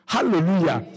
Hallelujah